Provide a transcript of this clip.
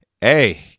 hey